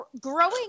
growing